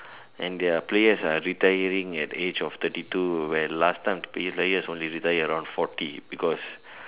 and their players are retiring at the age of thirty two where last time players only retire around forty because